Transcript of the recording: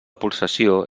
pulsació